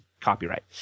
Copyright